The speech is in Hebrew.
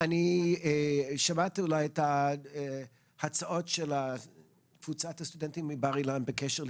אני פשוט רוצה לחדד את עמדת משרד הפנים בהקשר הזה: